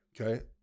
okay